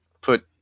put